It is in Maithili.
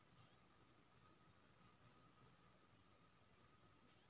माल जाल पोसब सँ दुध, अंडा, मासु आ शहद भेटै छै